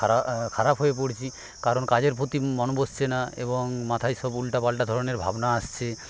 খারাপ খারাপ হয়ে পড়ছি কারণ কাজের প্রতি মন বসছে না এবং মাথায় সব উলটাপালটা ধরনের ভাবনা আসছে